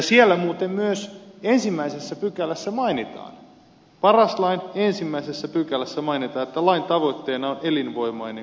siellä muuten myös ensimmäisessä pykälässä mainitaan paras lain ensimmäisessä pykälässä mainitaan että lain tavoitteena on elinvoimainen kuntarakenne